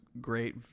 great